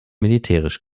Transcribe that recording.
militärisch